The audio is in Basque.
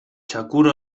txakur